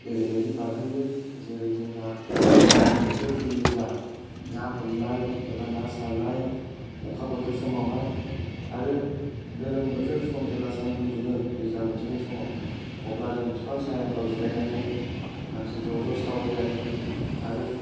ओरैबादि बारहोयो जेरै जोंहा दैज्लां बोथोर फैयोब्ला ना हमनाय एबा ना सारनाय अखा बोथोर समावहाय आरो गोलोम बोथोर सम जेब्ला सान्दुं दुङो दैज्लां बोथोरनि समाव अब्ला जों बिफां सायाफोराव जिरायनानै मानसि ज' ज' सावरायलायो आरो